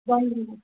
ధన్యవాద్